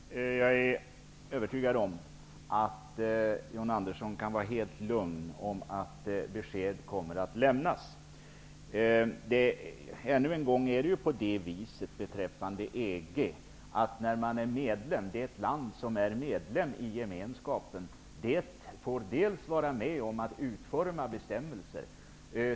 Fru talman! Jag är övertygad om att John Andersson kan vara helt lugn om att besked kommer att lämnas. Ännu en gång: Det land som är medlem i EG får vara med om att utforma bestämmelser.